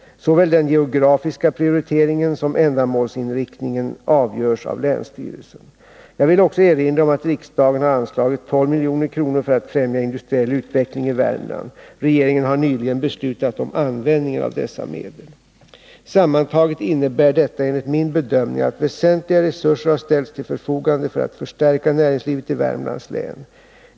Såväl den geografiska prioriteringen som ändamålsinriktningen avgörs av länsstyrelsen. Jag vill också erinra om att riksdagen har anslagit 12 milj.kr. för att främja industriell utveckling i Värmland. Regeringen har nyligen beslutat om användningen av dessa medel. Sammantaget innebär detta enligt min bedömning att väsentliga resurser harställts till förfogande för att förstärka näringslivet i Värmlands län.